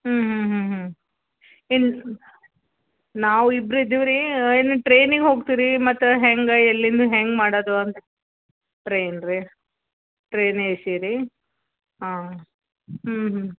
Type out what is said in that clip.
ಹ್ಞೂ ಹ್ಞೂ ಹ್ಞೂ ಹ್ಞೂ ಇಲ್ಲ ನಾವು ಇಬ್ರು ಇದ್ದೀವಿ ರೀ ಏನು ಟ್ರೇನಿಗೆ ಹೋಗ್ತೀರಿ ಮತ್ತು ಹೆಂಗೆ ಎಲ್ಲಿಂದ ಹೆಂಗೆ ಮಾಡೋದು ಅಂತ ಟ್ರೇನ್ ರೀ ಟ್ರೇನ್ ಏ ಸಿ ರೀ ಹಾಂ ಹ್ಞೂ ಹ್ಞೂ